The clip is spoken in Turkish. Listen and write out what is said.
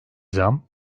zam